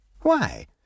Why